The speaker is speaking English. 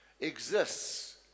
exists